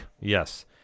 Yes